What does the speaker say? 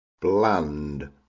bland